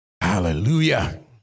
Hallelujah